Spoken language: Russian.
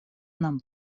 нам